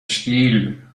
stiel